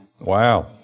Wow